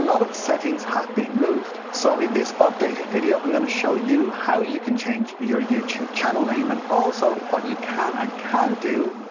of settings have been moved. so, in this updated video, i'm going to show you how you can change your youtube channel name and, also, what you can and can't do,